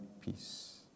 peace